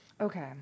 Okay